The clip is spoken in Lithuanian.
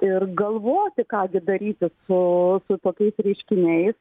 ir galvoti ką gi daryti su su tokiais reiškiniais